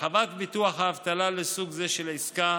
הרחבת ביטוח האבטלה לסוג זה של העסקה